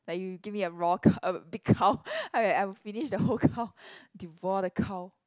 like you give me a raw cow a big cow I I will finish the whole cow devour the cow